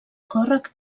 còrrec